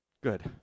Good